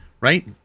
right